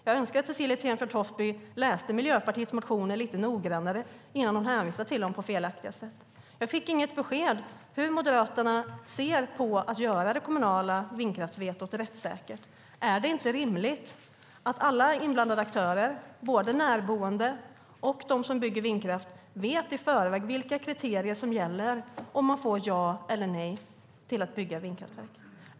Jag önskade att Cecilie Tenfjord-Toftby läste Miljöpartiets motioner lite noggrannare innan hon hänvisar till dem på ett felaktigt sätt. Jag fick inget besked om hur Moderaterna ser på att göra det kommunala vindkraftsvetot rättssäkert. Är det inte rimligt att alla inblandade aktörer, både närboende och de som bygger vindkraft, vet i förväg vilka kriterier som gäller om man får ja eller nej till att bygga vindkraftverk?